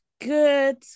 good